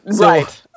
Right